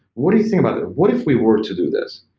what do you think about that? what if we were to do this?